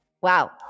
Wow